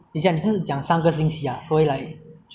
一下你是说三个星期所以 like